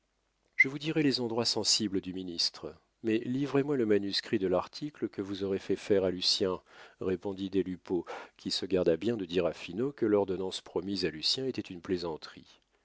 je vous dirai les endroits sensibles du ministre mais livrez moi le manuscrit de l'article que vous aurez fait faire à lucien répondit des lupeaulx qui se garda bien de dire à finot que l'ordonnance promise à lucien était une plaisanterie